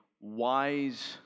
wise